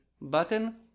button